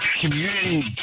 community